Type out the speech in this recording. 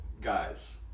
guys